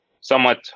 somewhat